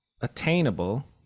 Attainable